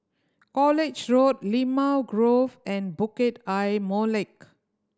College Road Limau Grove and Bukit Ayer Molek